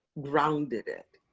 grounded it.